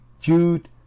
Jude